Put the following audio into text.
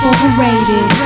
Overrated